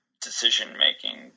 decision-making